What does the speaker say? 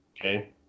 okay